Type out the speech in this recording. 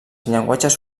llenguatges